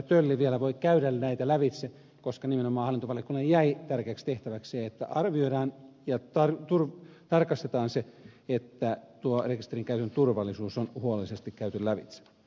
tölli vielä voi käydä näitä asioita lävitse koska nimenomaan hallintovaliokunnalle jäi tärkeäksi tehtäväksi se että arvioidaan ja tarkastetaan se että tuo rekisterinkäytön turvallisuus on huolellisesti käyty lävitse